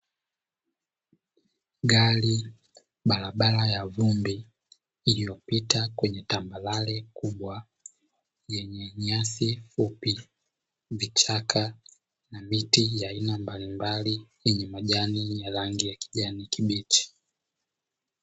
Gari, barabara ya vumbi iliyopita kwenye tambarare kubwa, yenye nyasi fupi, vichaka na miti ya aina mbalimbali yenye majani ya rangi yakijani kibichi.